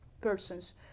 persons